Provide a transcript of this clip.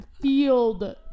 field